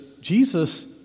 Jesus